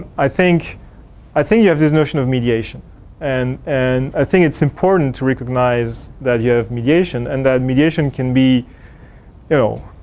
i think i think you have this notion of mediation and and i think it's important to recognize that you have mediation and that mediation can be you know,